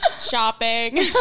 Shopping